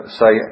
say